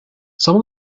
some